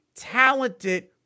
talented